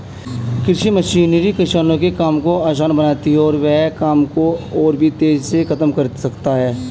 कृषि मशीनरी किसानों के काम को आसान बनाती है और वे वहां काम को और भी तेजी से खत्म कर सकते हैं